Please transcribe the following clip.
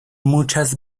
muchas